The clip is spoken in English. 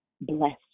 blessed